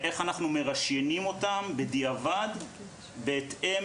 לאיך אנחנו מרשיינים אותם בדיעבד בהתאם